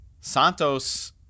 Santos